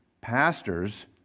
pastors